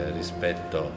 rispetto